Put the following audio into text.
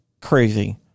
crazy